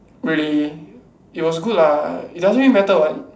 really it was good lah it doesn't really matter what